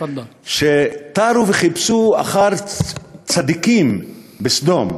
שתרו וחיפשו אחר צדיקים בסדום,